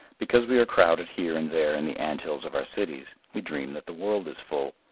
because we are crowded here and there in the ant-hills of our cities, we dream that the world is full.